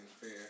fair